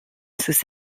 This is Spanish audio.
sus